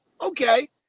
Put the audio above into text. Okay